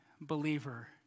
believer